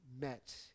met